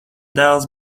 dēls